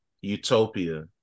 Utopia